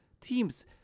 teams